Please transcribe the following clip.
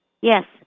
Yes